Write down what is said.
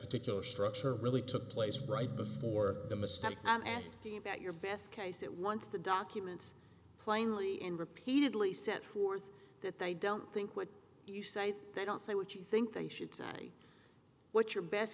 particular structure really took place right before the misstep asking about your best case that once the documents plainly and repeatedly set forth that they don't think what you say they don't say what you think they should say what your best